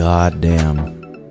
goddamn